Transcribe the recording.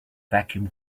vacuum